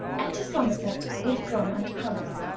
enter somerset, with drumme and colours.